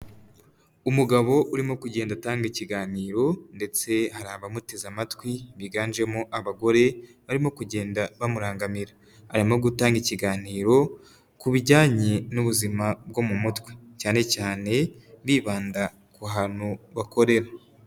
Umugabo urimo kugenda atanga ikiganiro ndetse hari abamuteze amatwi biganjemo abagore barimo kugenda bamurangamira, arimo gutanga ikiganiro ku bijyanye n'ubuzima bwo mu mutwe cyane cyane bibanda ku hantu bakorera.